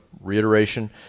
reiteration